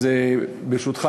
ברשותך,